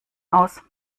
aus